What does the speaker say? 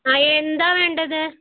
ആ എന്താ വേണ്ടത്